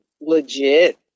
legit